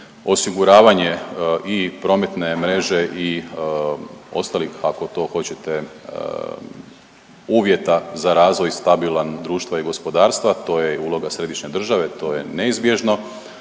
osiguravanje i prometne mreže i ostalih ako to hoćete uvjeta za razvoj stabilan društva i gospodarstva, to je i uloga središnje države, to je neizbježno,